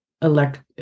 elect